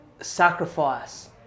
Sacrifice